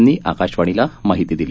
यांनी आकाशवाणीशी माहिती दिली